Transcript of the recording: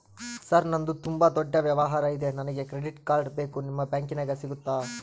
Sir ನಂದು ತುಂಬಾ ದೊಡ್ಡ ವ್ಯವಹಾರ ಇದೆ ನನಗೆ ಕ್ರೆಡಿಟ್ ಕಾರ್ಡ್ ಬೇಕು ನಿಮ್ಮ ಬ್ಯಾಂಕಿನ್ಯಾಗ ಸಿಗುತ್ತಾ?